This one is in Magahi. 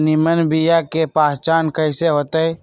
निमन बीया के पहचान कईसे होतई?